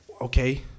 okay